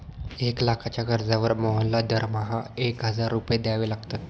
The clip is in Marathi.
एक लाखाच्या कर्जावर मोहनला दरमहा एक हजार रुपये द्यावे लागतात